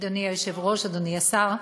אדוני היושב-ראש, אדוני השר,